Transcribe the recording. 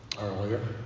earlier